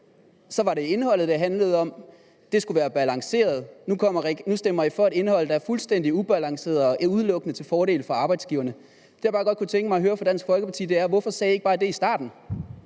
Så var det punkt 2, indholdet, det handlede om. Det skulle være balanceret. Nu stemmer man for et indhold, der er fuldstændig ubalanceret og udelukkende til fordel for arbejdsgiverne. Det, jeg bare godt kunne tænke mig at høre fra Dansk Folkeparti, er: Hvorfor sagde man ikke bare det fra starten?